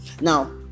Now